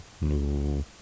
no